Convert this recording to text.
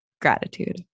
gratitude